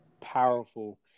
powerful